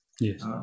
Yes